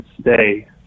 stay